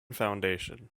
foundation